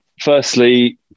firstly